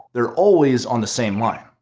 they're always on the same line.